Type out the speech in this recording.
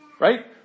Right